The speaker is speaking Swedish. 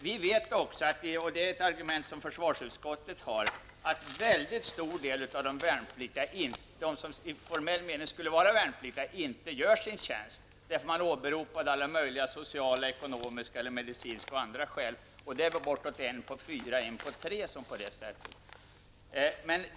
Vi vet att -- det är det argument som försvarsutskottet har -- en väldigt stor del av dem som i formell mening skulle vara värnpliktiga inte gör sin tjänst utan åberopar alla möjliga sociala, ekonomiska, medicinska eller andra skäl. Ungefär en på tre eller fyra gör det.